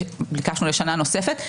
ביקשנו לשנה נוספת,